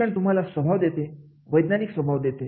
शिक्षण तुम्हाला स्वभाव देते वैज्ञानिक स्वभाव देते